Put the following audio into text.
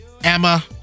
Emma